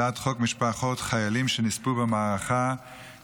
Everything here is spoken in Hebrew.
הנושא הבא על סדר-היום: הצעת חוק חיילים שנספו במערכה (תגמולים